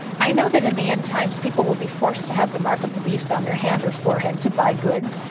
i know that in the end times, people will be forced to have the mark of the beast on their hand or forehead to buy goods.